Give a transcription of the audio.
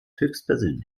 höchstpersönlich